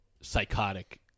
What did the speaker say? psychotic